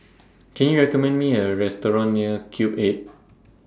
Can YOU recommend Me A Restaurant near Cube eight